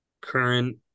current